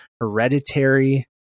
Hereditary